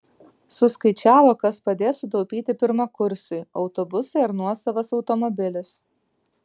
suskaičiavo kas padės sutaupyti pirmakursiui autobusai ar nuosavas automobilis